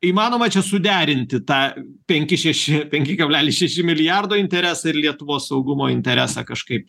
įmanoma čia suderinti tą penki šeši penki kablelis šeši milijardo interesą ir lietuvos saugumo interesą kažkaip